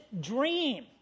dream